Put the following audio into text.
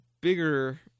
bigger